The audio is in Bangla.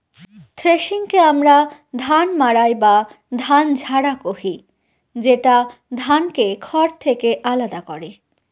থ্রেশিংকে আমরা ধান মাড়াই বা ধান ঝাড়া কহি, যেটা ধানকে খড় থেকে আলাদা করে